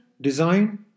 design